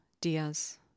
Diaz